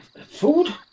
food